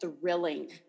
thrilling